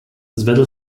zvedl